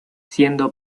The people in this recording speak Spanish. siendo